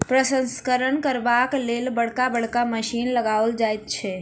प्रसंस्करण करबाक लेल बड़का बड़का मशीन लगाओल जाइत छै